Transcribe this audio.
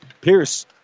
Pierce